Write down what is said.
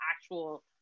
actual